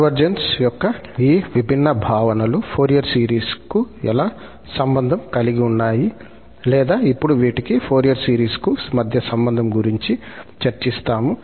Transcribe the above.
convergence యొక్క ఈ విభిన్న భావనలు ఫోరియర్ సిరీస్కు ఎలా సంబంధం కలిగి ఉన్నాయి లేదా ఇప్పుడు వీటికి ఫోరియర్ సిరీస్కు మధ్య సంబంధం గురించి చర్చిస్తాము